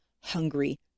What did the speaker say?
hungry